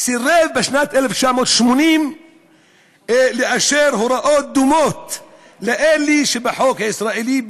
סירב בשנת 1980 לאשר הוראות דומות לאלה שבחוק הישראלי,